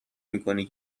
میکنی